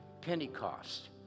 Pentecost